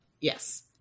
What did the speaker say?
Yes